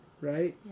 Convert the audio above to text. right